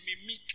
mimic